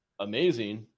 amazing